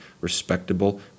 respectable